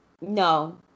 no